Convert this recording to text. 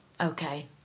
okay